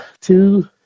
two